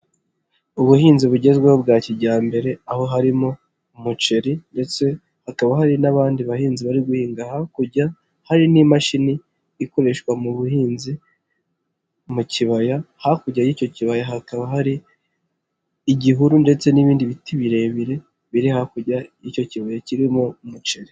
Ubuhinzi bugezweho bwa kijyambere aho harimo umuceri ndetse hakaba hari n'abandi bahinzi bari guhinga hakurya hari n'imashini ikoreshwa mu buhinzi mu kibaya hakurya y'icyo kibaya hakaba hari igihuru ndetse n'ibindi biti birebire biri hakurya y'icyo kibaya kirimo umuceri.